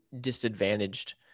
disadvantaged